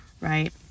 right